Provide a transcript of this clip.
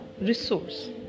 resource